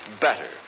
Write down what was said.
better